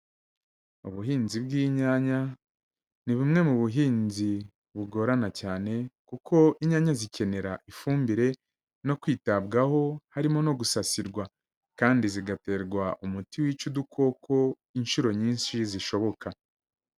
Ubuhinzi bw'inyanya, ni bumwe mu buhinzi bugorana cyane, kuko inyanya zikenera ifumbire, no kwitabwaho harimo no gusasirwa. Kandi zigaterwa umuti wica udukoko inshuro nyinshi zishoboka.